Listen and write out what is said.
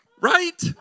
Right